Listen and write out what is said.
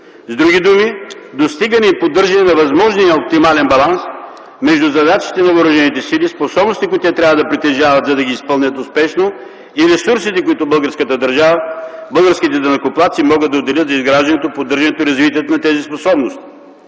С други думи, достигане и поддържане на възможния оптимален баланс между задачите на въоръжените сили, способностите, които те трябва да притежават, за да ги изпълнят успешно, и ресурсите, които българската държава, българските данъкоплатци могат да отделят за изграждането, поддържането и развитието на тези способности.